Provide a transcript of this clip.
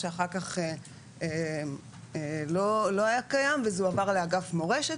שאחר כך לא היה קיים וזה הועבר לאגף מורשת